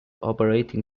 operating